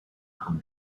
from